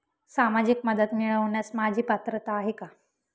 सामाजिक मदत मिळवण्यास माझी पात्रता आहे का?